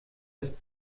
das